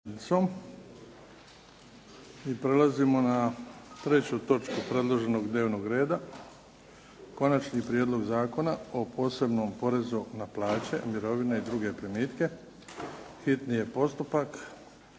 Prelazimo na 3. točku predloženog dnevnog reda. 3. Prijedlog zakona o posebnom porezu na plaće, mirovine i druge primitke, s konačnim